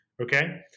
okay